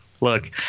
Look